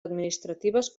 administratives